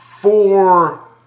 four